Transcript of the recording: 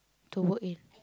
to work in